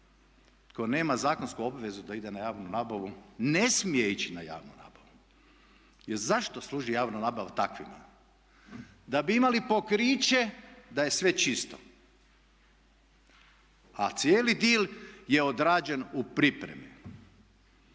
tko nema zakonsku obvezu da ide na javnu nabavu ne smije ići na javnu nabavu. Jer zašto služi javna nabava takvima? Da bi imali pokriće da je sve čisto, a cijeli dil je odrađen u pripremi.